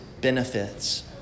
benefits